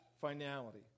finality